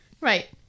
Right